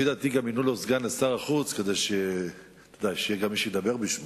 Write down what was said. לפי דעתי מינו סגן לשר החוץ כדי שיהיה מי שידבר בשמו,